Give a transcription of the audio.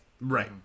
Right